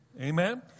amen